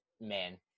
man